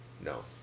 No